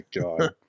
God